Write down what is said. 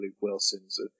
wilson's